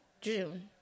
June